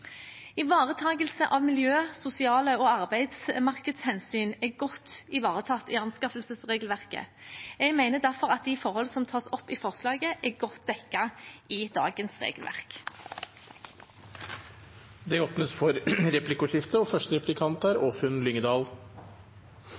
av miljøhensyn, sosiale hensyn og arbeidsmarkedshensyn er godt ivaretatt i anskaffelsesregelverket. Jeg mener derfor at de forhold som tas opp i forslaget, er godt dekket i dagens regelverk. Det blir replikkordskifte. Den aktuelle saken i EU-domstolen som er